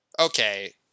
Okay